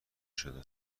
شده